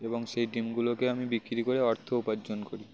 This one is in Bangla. এবং সেই ডিমগুলোকে আমি বিক্রি করে অর্থ উপার্জন করি